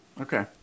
Okay